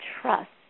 trust